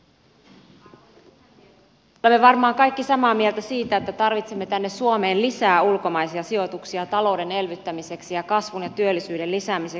me olemme varmaan kaikki samaa mieltä siitä että tarvitsemme tänne suomeen lisää ulkomaisia sijoituksia talouden elvyttämiseksi ja kasvun ja työllisyyden lisäämiseksi